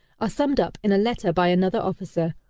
are summed up in a letter by another officer,